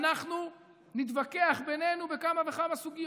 שאנחנו נהיה גם עם היישובים המוסדרים וגם עם המשך הפזורה